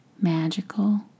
magical